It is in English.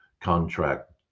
contract